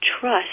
trust